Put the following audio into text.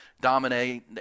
Dominate